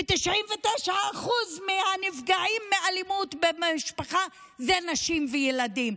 99% מהנפגעים מאלימות במשפחה זה נשים וילדים,